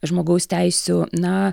žmogaus teisių na